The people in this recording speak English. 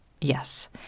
Yes